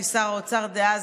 כי שר האוצר דאז,